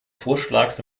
vorschlags